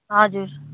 हजुर